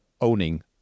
owning